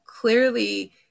clearly